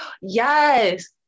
yes